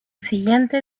siguiente